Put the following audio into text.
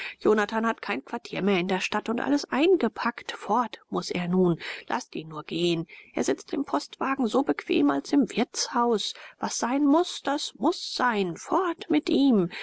jonathan hat kein quartier mehr in der stadt und alles eingepackt fort muß er nun laßt ihn nur gehen er sitzt im postwagen so bequem als im wirtshaus was sein muß das muß sein fort mit ihm